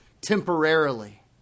temporarily